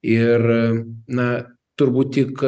ir na turbūt tik